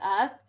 up